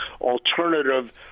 alternative